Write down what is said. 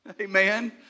Amen